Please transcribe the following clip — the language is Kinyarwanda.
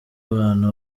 abantu